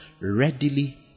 Readily